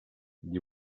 gli